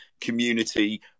community